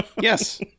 Yes